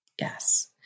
Yes